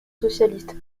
socialiste